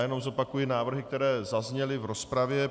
Jenom zopakuji návrhy, které zazněly v rozpravě.